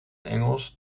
engels